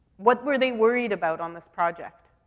what were they worried about on this project?